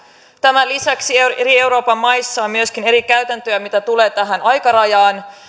tämän lisäksi euroopan eri maissa on myöskin eri käytäntöjä mitä tulee tähän aikarajaan